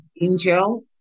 Angel